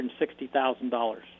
$160,000